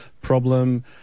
problem